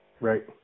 Right